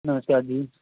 ਨਸਮਕਾਰ ਜੀ